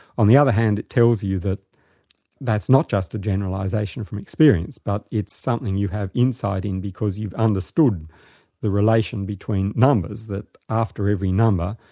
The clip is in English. on the other hand it tells you that's not just a generalisation from experience, but it's something you have insight in because you've understood the relation between numbers. that after every number,